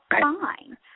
fine